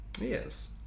Yes